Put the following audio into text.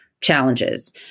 challenges